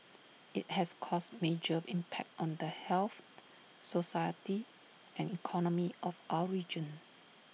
IT has caused major impact on the health society and economy of our region